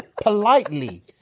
politely